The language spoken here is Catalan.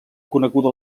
coneguda